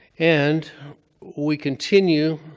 and we continue,